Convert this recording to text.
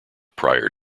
prior